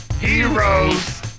Heroes